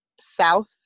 south